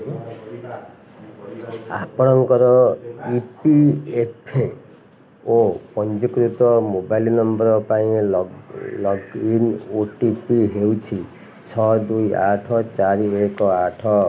ଆପଣଙ୍କର E P F O ପଞ୍ଜୀକୃତ mobile number ପାଇଁ log in O T P ହେଉଛି ଛଅ ଦୁଇ ଆଠ ଚାରି ଏକ ଆଠ